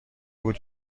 بود